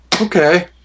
Okay